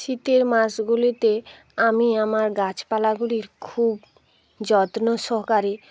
শীতের মাসগুলিতে আমি আমার গাছপালাগুলির খুব যত্ন সহকারে